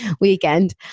weekend